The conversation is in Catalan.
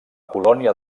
colònia